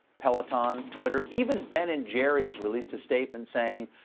peloton, twitter, even ben and jerry's released a statement saying,